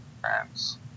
france